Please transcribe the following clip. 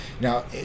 Now